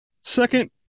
Second